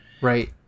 right